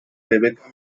rebecca